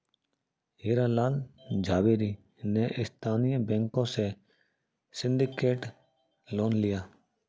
हीरा लाल झावेरी ने स्थानीय बैंकों से सिंडिकेट लोन लिया